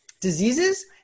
diseases